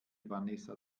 vanessa